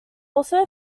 also